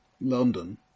London